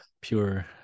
pure